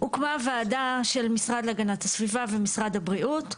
הוקמה ועדה של משרד להגנת הסביבה ומשרד הבריאות,